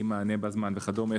אי מענה בזמן וכדומה.